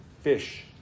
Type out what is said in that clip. fish